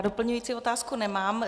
Doplňující otázku nemám.